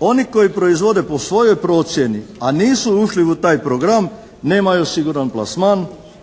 Oni koji proizvode po svojoj procjeni, a nisu ušli u taj program nemaju siguran plasman